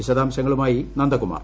വിശദാംശങ്ങളുമായി നന്ദകുമാർ